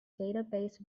database